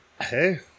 Hey